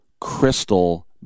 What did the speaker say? crystal